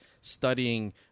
studying